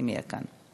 אם יהיה כאן.